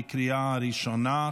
בקריאה הראשונה.